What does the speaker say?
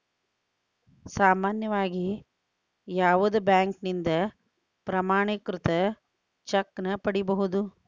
ಸಾಮಾನ್ಯವಾಗಿ ಯಾವುದ ಬ್ಯಾಂಕಿನಿಂದ ಪ್ರಮಾಣೇಕೃತ ಚೆಕ್ ನ ಪಡಿಬಹುದು